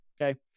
okay